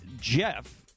Jeff